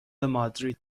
مادرید